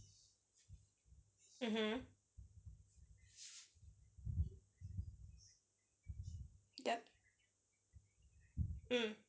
mmhmm yep mm